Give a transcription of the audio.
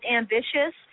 ambitious